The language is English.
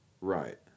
Right